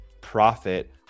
profit